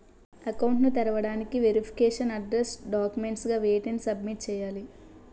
Account ను తెరవటానికి verification address documents గా వేటిని సబ్మిట్ చేయాలి?